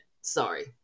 Sorry